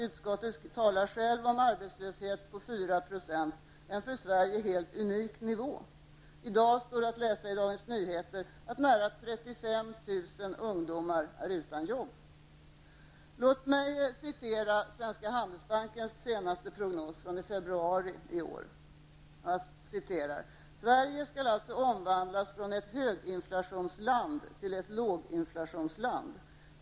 Utskottet talar självt på om om en arbetslöshet på 4 %-- en för Sverige helt unik nivå. I dag står att läsa i Dagens Låg mig citera Svenska Handelsbankens senaste prognos från februari i år: ''Sverige skall alltså omvandlas från ett höginflationsland till ett låginflationsland.